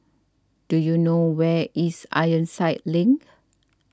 do you know where is Ironside Link